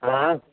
हाँ